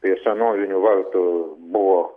prie senovinių vartų buvo